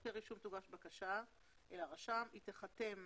שלצורכי רישום תוגש בקשה אל הרשם, היא תיחתם